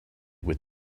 with